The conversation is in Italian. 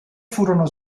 furono